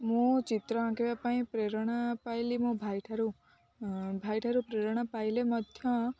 ମୁଁ ଚିତ୍ର ଆଙ୍କିବା ପାଇଁ ପ୍ରେରଣା ପାଇଲି ମୋ ଭାଇ ଠାରୁ ଭାଇ ଠାରୁ ପ୍ରେରଣା ପାଇଲେ ମଧ୍ୟ